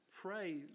pray